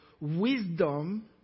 Wisdom